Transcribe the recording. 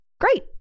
Great